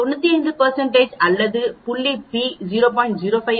நான் 95 அல்லது புள்ளி p ஐ 0